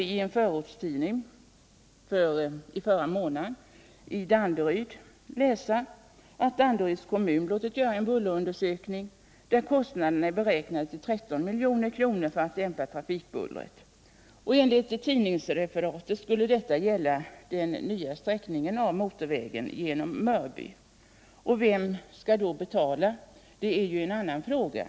Vi kunde förra månaden i en förortstidning läsa att Danderyds kommun låtit göra en bullerundersökning. Kostnaderna för att dämpa trafikbullret där är beräknade till 13 milj.kr. Enligt tidningsreferatet skulle detta gälla den nya sträckningen av motorvägen genom Mörby. Vem som skall betala är en annan fråga.